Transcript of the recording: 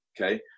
okay